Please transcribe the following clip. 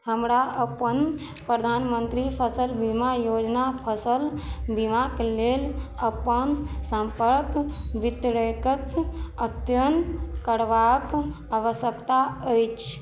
हमरा अपन प्रधानमंत्री फसल बीमा योजना फसल बीमाक लेल अपन सम्पर्क वितरेकक अद्यतन करबाक आवश्यकता अछि